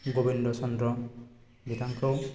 गबिन्द चन्द्र बिथांखौ